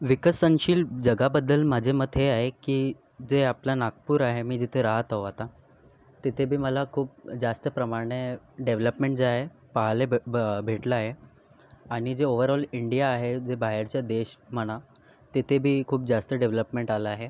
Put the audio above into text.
विकसनशील जगाबद्दल माझे मत हे आहे की जे आपलं नागपूर आहे मी जिथे राहत आहो आता तिथे बी मला खूप जास्त प्रमाणे डेव्हलपमेंट जे आहे पाहायलं ब भ भेटलं आहे आणि जे ओव्हरऑल इंडिया आहे जे बाहेरचे देश म्हणा तिथे बी खूप जास्त डेव्हलपमेंट आलं आहे